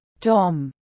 Tom